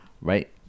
right